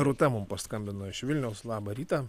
rūta mums paskambino iš vilniaus labą rytą